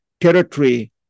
territory